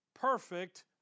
perfect